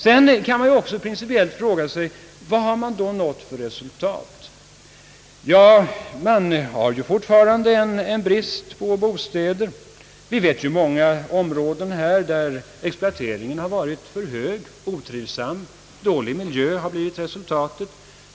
Man kan vidare fråga sig vilka resultat som har nåtts rent praktiskt genom regeringens principiella bostadspolitiska ståndpunkter. Ja det är fortfarande brist på bostäder. Exploateringen har som bekant på många områden varit för hög. En dålig och otrivsam miljö har blivit resultatet.